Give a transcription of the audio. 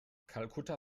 kalkutta